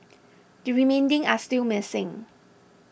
the remaining are still missing